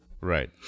Right